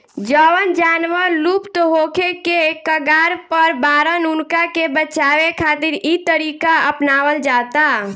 जवन जानवर लुप्त होखे के कगार पर बाड़न उनका के बचावे खातिर इ तरीका अपनावल जाता